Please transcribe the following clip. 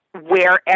Wherever